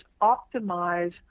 optimize